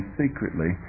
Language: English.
secretly